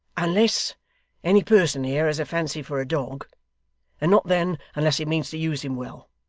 unless any person here has a fancy for a dog and not then, unless he means to use him well.